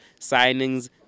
signings